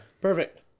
Perfect